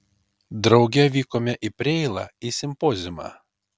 drauge vykome į preilą į simpoziumą